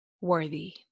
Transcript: worthy